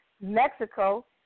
Mexico